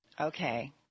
Okay